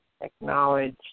Acknowledge